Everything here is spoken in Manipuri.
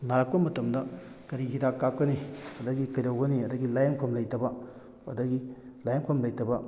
ꯅꯥꯔꯛꯄ ꯃꯇꯝꯗ ꯀꯔꯤ ꯍꯤꯗꯥꯛ ꯀꯥꯞꯀꯅꯤ ꯑꯗꯒꯤ ꯀꯩꯗꯧꯒꯅꯤ ꯑꯗꯒꯤ ꯂꯥꯏꯌꯦꯡꯐꯝ ꯂꯩꯇꯕ ꯑꯗꯒꯤ ꯂꯥꯏꯌꯦꯡꯐꯝ ꯂꯩꯇꯕ